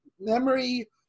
memory